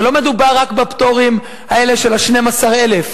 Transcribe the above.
הרי לא מדובר רק בפטורים האלה של ה-12,000.